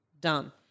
done